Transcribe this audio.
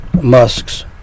Musk's